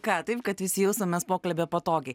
ką taip kad visi jaustumėmės pokalbyje patogiai